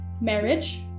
marriage